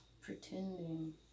Pretending